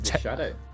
Shadow